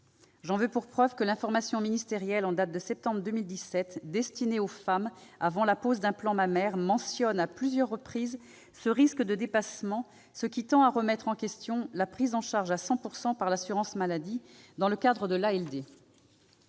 J'en veux pour preuve que l'information ministérielle en date de septembre 2017, destinée aux femmes avant la pose d'implants mammaires, mentionne à plusieurs reprises ce risque de dépassements. Cela tend à remettre en question la prise en charge à 100 % par l'assurance maladie dans le cadre de